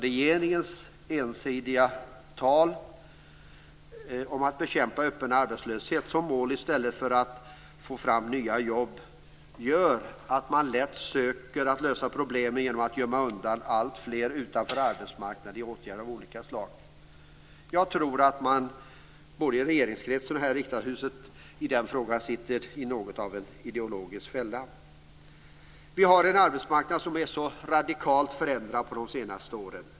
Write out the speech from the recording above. Regeringens ensidiga tal om att bekämpa öppen arbetslöshet i stället för att få fram nya jobb innebär att man försöker lösa problemen genom att gömma undan alltfler utanför arbetsmarknaden i åtgärder av olika slag. Jag tror att man både i regeringskretsen och här i riksdagshuset i den frågan sitter i något av en ideologisk fälla. Arbetsmarknaden har förändrats radikalt de senaste åren.